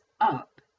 up